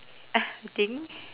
uh I think